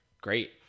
Great